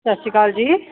ਸਤਿ ਸ਼੍ਰੀ ਅਕਾਲ ਜੀ